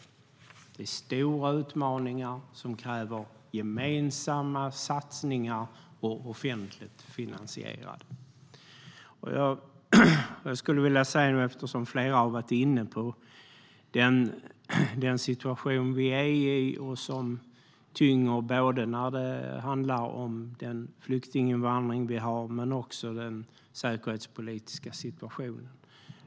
Det är stora utmaningar som kräver gemensamma satsningar, offentligt finansierade. Flera har varit inne på den situation som vi är i och som tynger, både när det handlar om den flyktinginvandring vi har men också i fråga om den säkerhetspolitiska situationen.